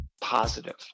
positive